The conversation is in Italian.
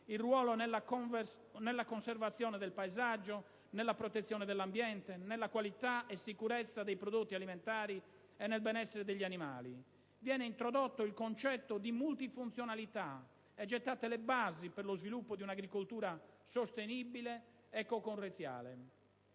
il ruolo nella conservazione del paesaggio, nella protezione dell'ambiente, nella qualità e sicurezza dei prodotti alimentari e nel benessere degli animali. Viene introdotto il concetto di multifunzionalità e gettate le basi per lo sviluppo di un'agricoltura sostenibile e concorrenziale.